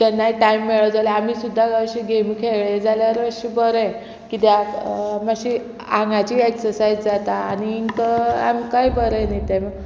केन्नाय टायम मेळो जाल्यार आमी सुद्दां अशें गेम खेळ्ळी जाल्यार अशें बरें किद्याक मात्शी आंगाची एक्ससायज जाता आनीक तो आमकांय बरें न्ही ते